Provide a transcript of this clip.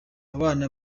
abana